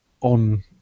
on